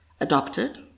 adopted